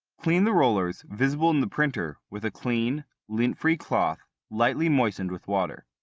clean the rollers visible in the printer with a clean, lint-free cloth lightly moistened with water.